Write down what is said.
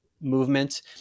movement